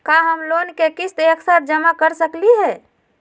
का हम लोन के किस्त एक साथ जमा कर सकली हे?